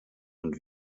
und